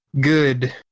Good